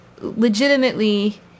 legitimately